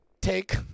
take